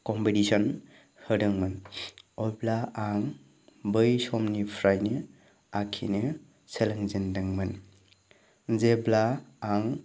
competition होदोंमोन अब्ला आं बै समनिफ्रायनो आखिनो सोलोंजेनदोंमोन जेब्ला आं